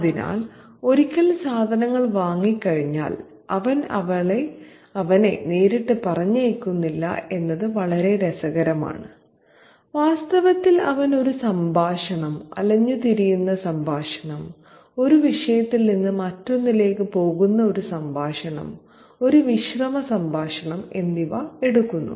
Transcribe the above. അതിനാൽ ഒരിക്കൽ സാധനങ്ങൾ വാങ്ങിക്കഴിഞ്ഞാൽ അവൻ അവനെ നേരിട്ട് പറഞ്ഞയക്കുന്നില്ല എന്നത് വളരെ രസകരമാണ് വാസ്തവത്തിൽ അവൻ ഒരു സംഭാഷണം അലഞ്ഞുതിരിയുന്ന സംഭാഷണം ഒരു വിഷയത്തിൽ നിന്ന് മറ്റൊന്നിലേക്ക് പോകുന്ന ഒരു സംഭാഷണം ഒരു വിശ്രമ സംഭാഷണം എന്നിവ എടുക്കുന്നു